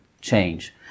change